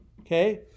okay